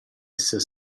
esser